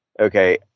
okay